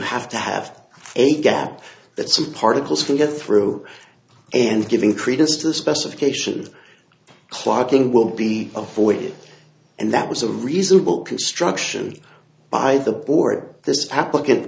have to have a gap that some particles can get through and giving credence to the specification clogging will be avoided and that was a reasonable construction by the board this applicant